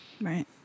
Right